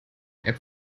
app